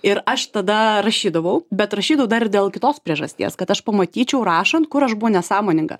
ir aš tada rašydavau bet rašydavau dar ir dėl kitos priežasties kad aš pamatyčiau rašant kur aš buvau nesąmoninga